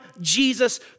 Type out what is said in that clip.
Jesus